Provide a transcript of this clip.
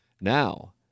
Now